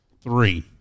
Three